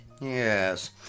Yes